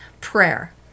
prayer